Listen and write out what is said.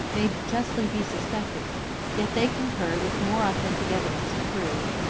may justly be suspected yet they concur with more authentic evidence to prove,